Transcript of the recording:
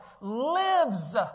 lives